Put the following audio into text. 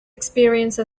experience